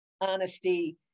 honesty